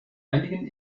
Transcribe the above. einigen